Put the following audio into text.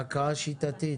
הקראה שיטתית?